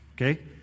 Okay